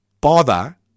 bother